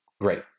Great